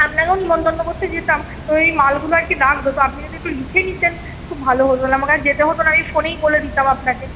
আপনাকেও নিমন্তন্ন করতে যেতাম তো এই মালগুলো আরকি লাগত তো আপনি যদি একটু লিখে নিতেন খুব ভালো হত তাহলে আমাকে আর যেতে হত না এই ফোনেই বলে দিতাম আপনাকে